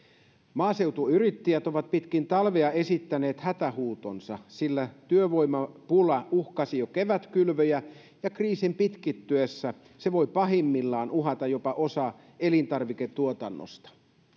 maaseutuyrittäjät ovat pitkin talvea esittäneet hätähuutonsa sillä työvoimapula uhkasi jo kevätkylvöjä ja kriisin pitkittyessä se voi pahimmillaan uhata jopa osaa elintarviketuotannosta